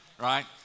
right